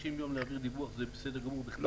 30 יום להעביר דיווח, זה בסדר גמור.